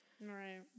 Right